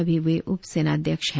अभी वे उप सेनाध्यक्ष हैं